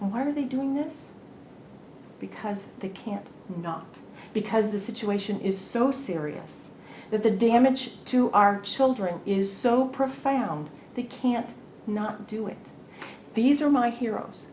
and why are they doing this because they can't not because the situation is so serious that the damage to our children is so profound they can't not do it these are my hero